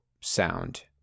sound